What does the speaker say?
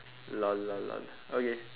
lol lol lol okay